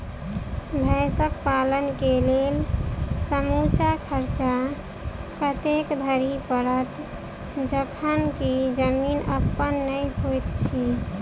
भैंसक पालन केँ लेल समूचा खर्चा कतेक धरि पड़त? जखन की जमीन अप्पन नै होइत छी